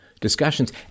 discussions